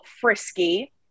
frisky